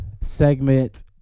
segment